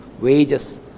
Wages